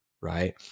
right